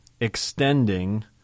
extending